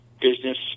business